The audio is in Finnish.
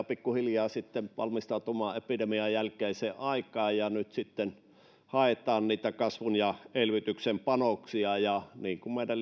pikkuhiljaa sitten valmistautumaan epidemian jälkeiseen aikaan ja nyt sitten haetaan niitä kasvun ja elvytyksen panoksia niin kuin meidän